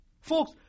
Folks